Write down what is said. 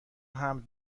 حمل